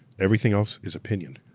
everything else is opinion.